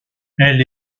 elle